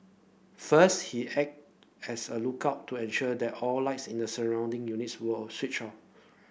first he acted as a lookout to ensure that all lights in the surrounding units were switched off